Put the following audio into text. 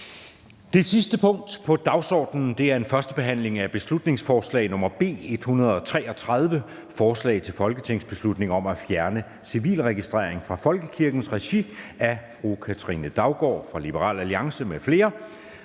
Det sidste punkt på dagsordenen er: 5) 1. behandling af beslutningsforslag nr. B 133: Forslag til folketingsbeslutning om at fjerne civilregistrering fra folkekirkens regi. Af Katrine Daugaard (LA) m.fl.